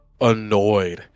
annoyed